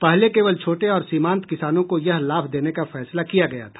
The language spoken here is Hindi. पहले केवल छोटे और सीमांत किसानों को यह लाभ देने का फैसला किया गया था